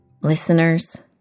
Listeners